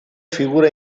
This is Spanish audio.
figura